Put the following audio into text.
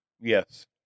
Yes